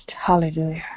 Hallelujah